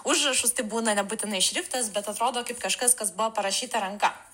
užrašus tai būna nebūtinai šriftas bet atrodo kaip kažkas kas buvo parašyta ranka